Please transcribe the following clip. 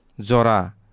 Zora